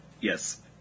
Yes